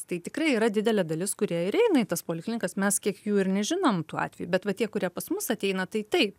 tai tikrai yra didelė dalis kurie ir eina į tas poliklinikas mes kiek jų ir nežinom tų atvejų bet va tie kurie pas mus ateina tai taip